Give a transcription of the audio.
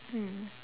mm